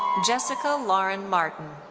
jessica lauren martin.